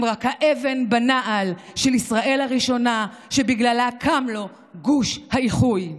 הם רק האבן בנעל של ישראל הראשונה שבגללה קם לו גוש האיחוי.